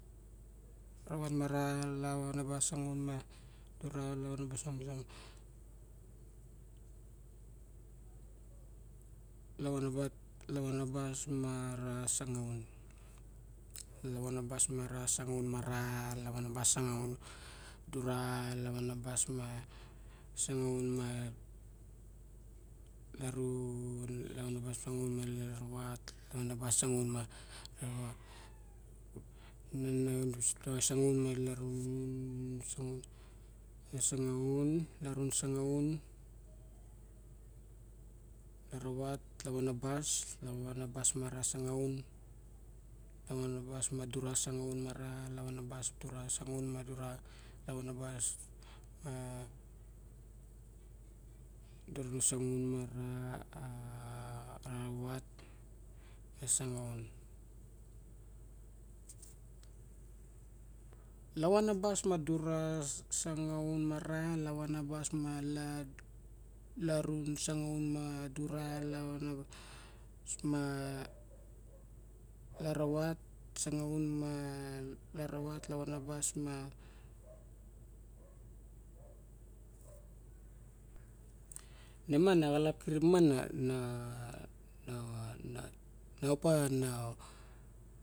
Ravat ma ra lavanabas sangaun ma dura lavanabas ma lavanabat lavanabas mara sangaun lavanabas mara sangaun ma ra lavanabas sangaun dura lavanabas ma sangaun ma larun lavanabas sangaun ma laravat lavanabas sangaun ma sangaun ma larun sangaun larun sangaun laravat lavanabas lavanabas ma ra sangaun lavanabas ma dura sangaun ma ra lavanabas dura sangaun ma dura lavanabas ma dura na sangaun ma ra avat na sangaun lavanabas ma dura sangaun ma ra lavanabas ma la larun sangaun ma dura lavanabas ma laravat sangaun ma laravat lavanabas ma ni ma na xalap kirp ma na- na- na opa na